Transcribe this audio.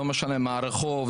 לא משנה מה הרחוב,